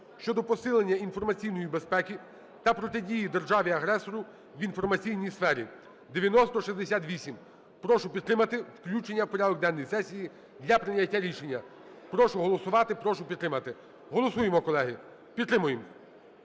щодо посилення інформаційної безпеки та протидії державі-агресору в інформаційній сфері (9068). Прошу підтримати включення в порядок денний сесії для прийняття рішення. Прошу голосувати. Прошу підтримати. Голосуємо, колеги, підтримуємо.